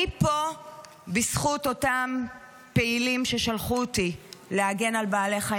אני פה בזכות אותם פעילים ששלחו אותי לכנסת